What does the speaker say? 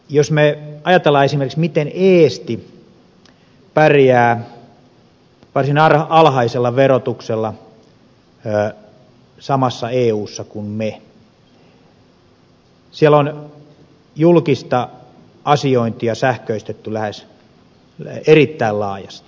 jos me ajattelemme esimerkiksi sitä miten eesti pärjää varsin alhaisella verotuksella samassa eussa kuin me siellä on julkista asiointia sähköistetty erittäin laajasti